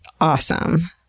awesome